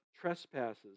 trespasses